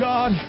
God